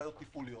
בעיות תפעוליות,